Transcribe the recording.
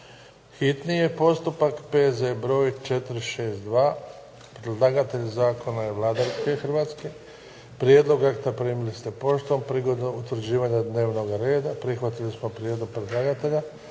čitanje, P.Z. br. 462 Predlagatelj zakona je Vlada Republike Hrvatske. Prijedlog akta primili ste poštom. Prigodom utvrđivanja dnevnoga reda prihvatili smo prijedlog predlagatelja